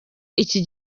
iki